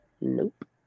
Nope